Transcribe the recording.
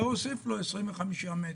והוסיף לו 25 מטרים.